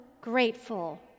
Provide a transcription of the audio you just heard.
grateful